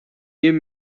jem